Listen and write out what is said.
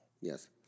Yes